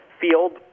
field